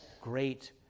great